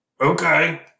okay